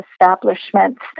establishments